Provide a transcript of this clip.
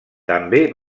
també